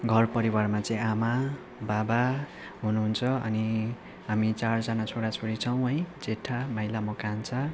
घर परिवारमा चाहिँ आमा बाबा हुनुहुन्छ अनि हामी चारजना छोराछोरी छौँ है जेठा माइला म कान्छा